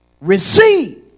receive